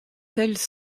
telles